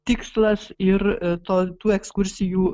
tikslas ir to tų ekskursijų